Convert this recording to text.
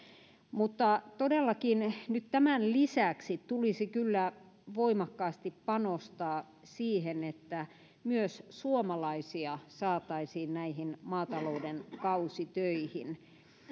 mutta todellakin nyt tämän lisäksi tulisi kyllä voimakkaasti panostaa siihen että myös suomalaisia saataisiin näihin maatalouden kausitöihin